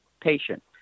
patient